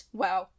wow